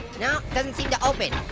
no, doesn't seem to open.